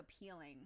appealing